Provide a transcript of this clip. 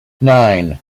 nine